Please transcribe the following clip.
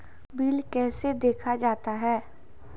Bill कैसे देखा जाता हैं?